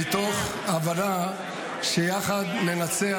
מתוך הבנה ש"יחד ננצח"